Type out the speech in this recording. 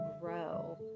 grow